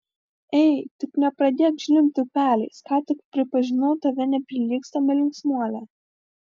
ei tik nepradėk žliumbti upeliais ką tik pripažinau tave neprilygstama linksmuole